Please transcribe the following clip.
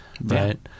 right